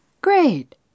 Great